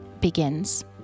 begins